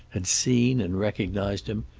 had seen and recognized him,